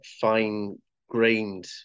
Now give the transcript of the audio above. fine-grained